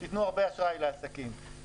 תנו הרבה אשראי לעסקים.